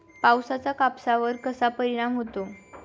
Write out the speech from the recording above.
पावसाचा कापसावर कसा परिणाम होतो?